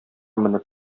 менеп